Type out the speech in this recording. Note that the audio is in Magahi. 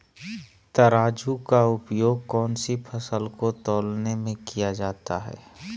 तराजू का उपयोग कौन सी फसल को तौलने में किया जाता है?